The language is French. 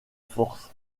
force